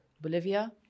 Bolivia